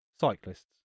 Cyclists